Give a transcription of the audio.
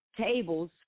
tables